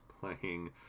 playing